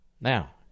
Now